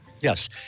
Yes